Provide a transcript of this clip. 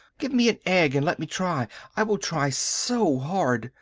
give me an egg and let me try i will try so hard.